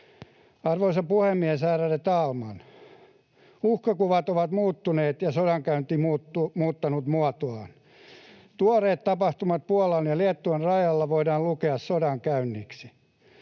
Arvoisa puhemies, ärade talman! Uhkakuvat ovat muuttuneet ja sodankäynti muuttanut muotoaan. Tuoreet tapahtumat Puolan ja Liettuan rajalla voidaan lukea sodankäynniksi.